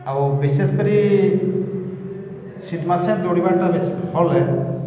ଆଉ ବିଶେଷ୍ କରି ଶୀତ୍ ମାସେ ଦୌଡ଼ିବାଟା ବେଶୀ ଭଲ୍ ଏ